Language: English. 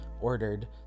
ordered